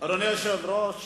אדוני היושב-ראש,